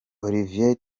olivier